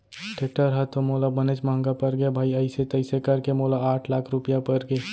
tractor ह तो मोला बनेच महँगा परगे भाई अइसे तइसे करके मोला आठ लाख रूपया परगे